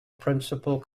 principal